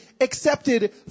accepted